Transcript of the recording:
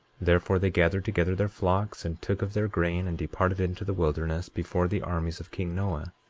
therefore they gathered together their flocks, and took of their grain, and departed into the wilderness before the armies of king noah.